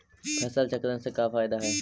फसल चक्रण से का फ़ायदा हई?